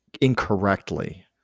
incorrectly